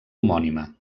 homònima